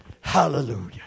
Hallelujah